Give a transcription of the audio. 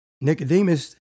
Nicodemus